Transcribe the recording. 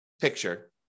picture